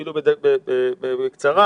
אפילו בקצרה